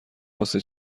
واسه